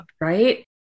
Right